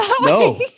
No